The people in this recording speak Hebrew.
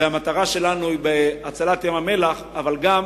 הרי המטרה שלנו היא הצלת ים-המלח, אבל גם